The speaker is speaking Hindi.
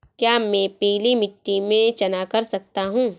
क्या मैं पीली मिट्टी में चना कर सकता हूँ?